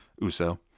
uso